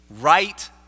right